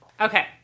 Okay